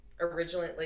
originally